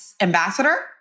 ambassador